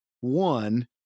One